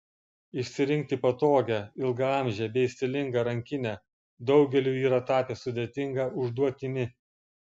išsirinkti patogią ilgaamžę bei stilingą rankinę daugeliui yra tapę sudėtinga užduotimi